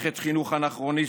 מערכת חינוך אנכרוניסטית,